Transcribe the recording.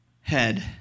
head